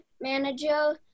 manager